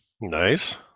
Nice